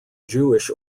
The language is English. jewish